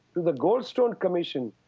to the goldstone commission,